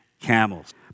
camels